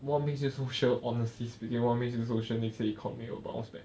what makes you so sure honestly speaking what makes you so sure next year you commit or bounce back